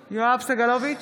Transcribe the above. סגלוביץ'